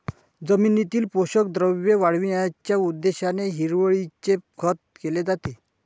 जमिनीतील पोषक द्रव्ये वाढविण्याच्या उद्देशाने हिरवळीचे खत केले जाते